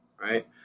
Right